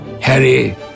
Harry